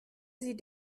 sie